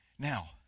Now